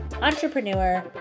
entrepreneur